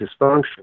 dysfunction